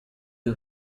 who